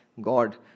God